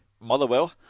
Motherwell